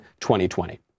2020